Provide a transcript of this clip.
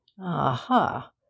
Aha